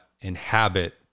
inhabit